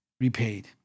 repaid